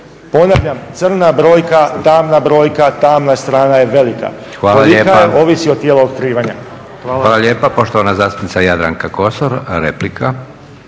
Ponavljam crna brojka, tamna brojka, tamna strana je velika. Kolika je ovisi o …/Govornik